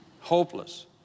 hopeless